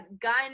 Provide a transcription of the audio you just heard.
gun